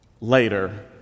later